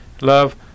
love